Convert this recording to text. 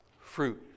fruit